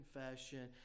confession